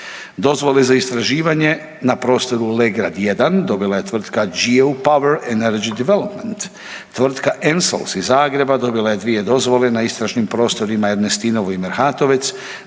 Dozvole za istraživanje na prostoru „Legrad 1“ dovela je tvrtka „Go Power Energy development“, tvrtka „ENSOL“ iz Zagreba dobila je dvije dozvole na istražnim prostorima Ernestinovu i Merhatovec,